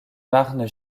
marnes